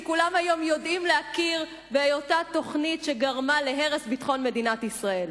שהיום כולם יודעים להכיר בהיותה תוכנית שגרמה להרס ביטחון מדינת ישראל.